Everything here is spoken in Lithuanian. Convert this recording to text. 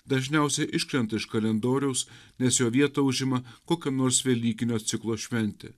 dažniausiai iškrenta iš kalendoriaus nes jo vietą užima kokio nors velykinio ciklo šventė